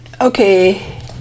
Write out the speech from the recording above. Okay